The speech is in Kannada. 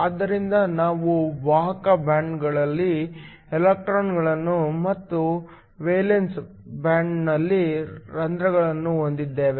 ಆದ್ದರಿಂದ ನಾವು ವಾಹಕ ಬ್ಯಾಂಡ್ನಲ್ಲಿ ಎಲೆಕ್ಟ್ರಾನ್ಗಳನ್ನು ಮತ್ತು ವೇಲೆನ್ಸಿ ಬ್ಯಾಂಡ್ನಲ್ಲಿ ಹೋಲ್ಗಳನ್ನು ಹೊಂದಿದ್ದೇವೆ